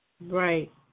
Right